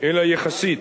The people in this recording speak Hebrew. אלא יחסית,